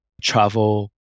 travel